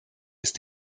ist